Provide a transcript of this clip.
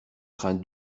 train